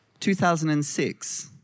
2006